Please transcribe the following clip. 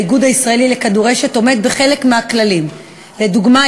האיגוד הישראלי לכדורשת עומד בחלק מהכללים: לדוגמה,